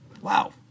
Wow